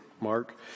mark